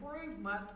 improvement